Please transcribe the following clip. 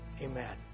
Amen